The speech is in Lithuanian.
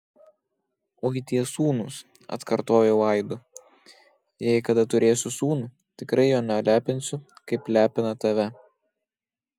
oi tie sūnūs atkartojau aidu jei kada turėsiu sūnų tikrai jo nelepinsiu kaip lepina tave